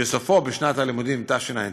שסופו בשנת הלימודים תשע"ט.